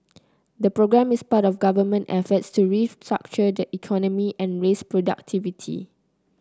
the programme is part of government efforts to restructure the economy and raise productivity